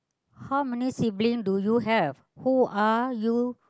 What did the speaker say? how many sibling do you have who are you